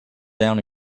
down